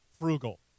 frugal